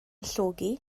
llogi